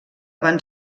van